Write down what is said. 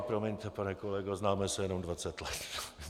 Promiňte, pane kolego, známe se jenom dvacet let.